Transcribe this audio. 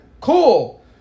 cool